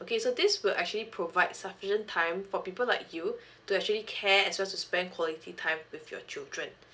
okay so this will actually provide sufficient time for people like you to actually care as well to spend quality time with your children